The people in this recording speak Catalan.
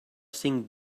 cinc